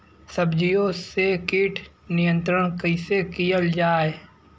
सब्जियों से कीट नियंत्रण कइसे कियल जा?